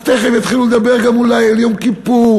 אז תכף יתחילו לדבר גם אולי על יום כיפור,